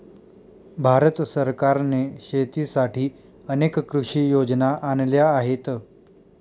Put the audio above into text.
भारत सरकारने शेतीसाठी अनेक कृषी योजना आणल्या आहेत